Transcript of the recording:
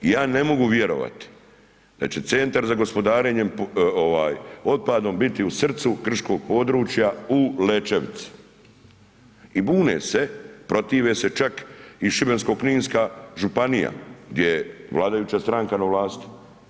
Ja ne mogu vjerovati da će Centar za gospodarenjem otpadom biti u srcu krškog područja u Lećevici i bune se, protive se čak i Šibensko-kninska županija gdje je vladajuća stranka na vlasti.